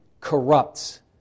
corrupts